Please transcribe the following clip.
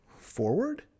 forward